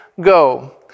Go